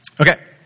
Okay